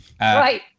Right